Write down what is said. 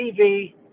TV